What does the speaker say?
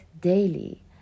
daily